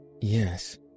Yes